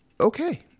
Okay